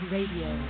Radio